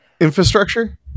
Infrastructure